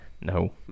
no